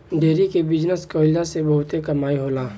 dairy के business कईला से बहुते कमाई होला